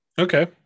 okay